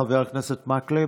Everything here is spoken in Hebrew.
חבר הכנסת מקלב,